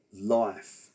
life